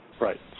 Right